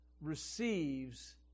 receives